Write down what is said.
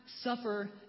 suffer